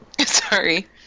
Sorry